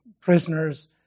prisoners